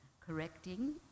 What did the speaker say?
correcting